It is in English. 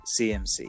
CMC